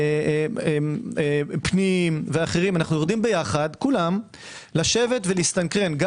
פנים ואחרים אנו יורדים יחד לשבת ולהסתנכרן גם